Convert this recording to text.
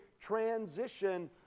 transition